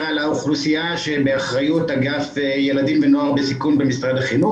האוכלוסייה שבאחריות אגף ילדים ונוער בסיכון במשרד החינוך,